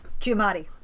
Giamatti